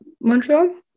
Montreal